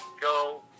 go